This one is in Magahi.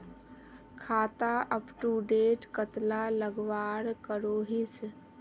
खाता अपटूडेट कतला लगवार करोहीस?